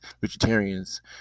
vegetarians